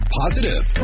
positive